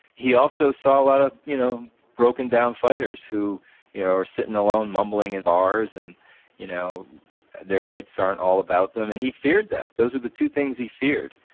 he also saw a lot of you know broken-down fighters who you know are sitting alone, mumbling in bars and you know their wits aren't all about them, and he feared that those are the two things he feared.